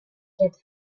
get